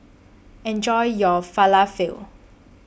Enjoy your Falafel